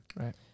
Right